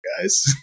guys